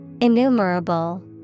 Innumerable